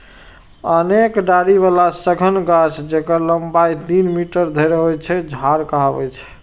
अनेक डारि बला सघन गाछ, जेकर लंबाइ तीन मीटर धरि होइ छै, झाड़ कहाबै छै